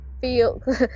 feel